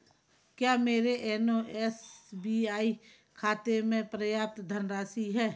क्या मेरे एनो एस बी आई खाते में पर्याप्त धनराशि है